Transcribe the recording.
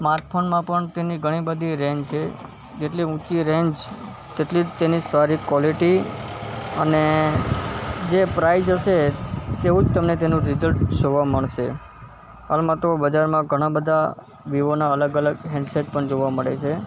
smart ફોનમાં પણ તેની ઘણી બધી રેન્જ છે જેટલી ઉંચી રેન્જ તેટલી જ તેની સારી ક્વૉલિટી અને જે પ્રાઇઝ હશે તેવું જ તમને તેનું રીઝલ્ટ જોવા મળશે હાલમાં તો બજારમાં ઘણા બધા વિવો ના અલગ અલગ હૅન્ડ સેટ પણ જોવા મળે છે